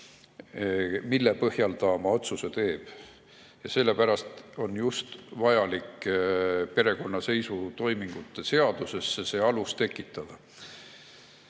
mille põhjal ta oma otsuse teeb. Sellepärast on vajalik just perekonnaseisutoimingute seadusesse see alus tekitada.